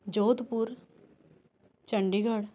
Jodhpur Chandigarh